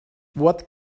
what